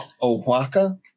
Oaxaca